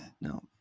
no